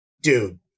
Dude